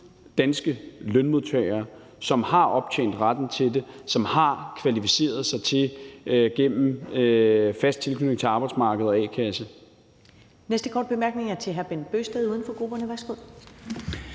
danske lønmodtagere, som har optjent retten til det, som har kvalificeret sig til det gennem fast tilknytning til arbejdsmarkedet og a-kassen.